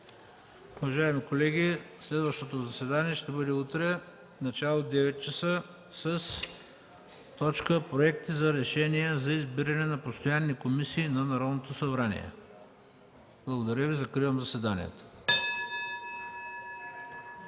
Уважаеми колеги, следващото заседание ще бъде утре от 9,00 ч. с Проекти за решения за избиране на постоянни комисии на Народното събрание. Благодаря Ви. Закривам заседанието.